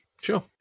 Sure